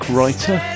Writer